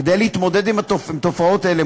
כדי להתמודד עם התופעות האלה,